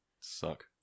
suck